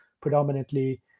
predominantly